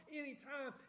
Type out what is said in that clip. anytime